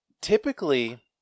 typically